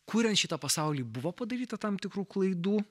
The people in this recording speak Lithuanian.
kuriant šitą pasaulį buvo padaryta tam tikrų klaidų